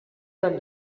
del